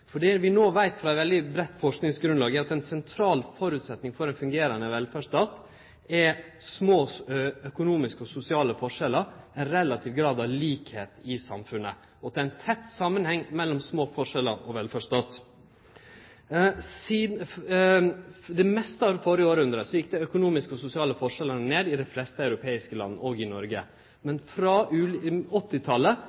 For det vi no veit frå eit veldig breitt forskingsgrunnlag, er at ein sentral føresetnad for ein fungerande velferdsstat er små økonomiske og sosiale forskjellar, relativ grad av likskap i samfunnet, og at det er ein tett samanheng mellom små forskjellar og velferdsstat. I det meste av det førre hundreåret vart dei økonomiske og sosiale forskjellane mindre i dei fleste europeiske landa, òg i Noreg.